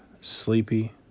sleepy